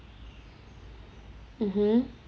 mmhmm